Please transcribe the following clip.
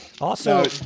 Awesome